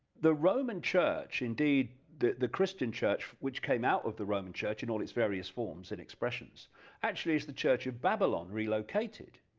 the roman church indeed the the christian church which came out of the roman church in all its various forms and expressions actually is the church of babylon relocated,